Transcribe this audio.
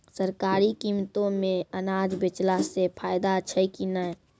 सरकारी कीमतों मे अनाज बेचला से फायदा छै कि नैय?